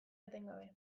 etengabe